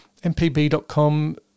mpb.com